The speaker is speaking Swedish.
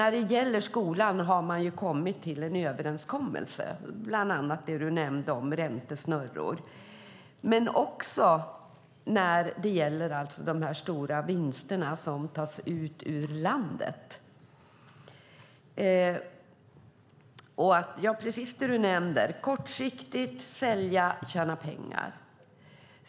När det gäller skolan har man nått en överenskommelse, bland annat beträffande räntesnurror, som nämndes, men också beträffande de stora vinster som förs ut ur landet. Det är precis som Kenneth Johansson sade: Det handlar om kortsiktighet, om att sälja och tjäna pengar.